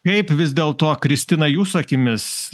kaip vis dėlto kristina jūsų akimis